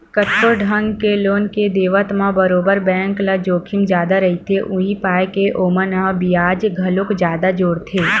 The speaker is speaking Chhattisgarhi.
कतको ढंग के लोन के देवत म बरोबर बेंक ल जोखिम जादा रहिथे, उहीं पाय के ओमन ह बियाज घलोक जादा जोड़थे